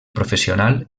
professional